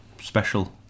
special